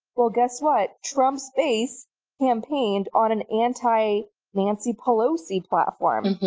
well, guess what? trump's base campaigned on an anti nancy pelosi platform,